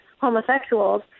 homosexuals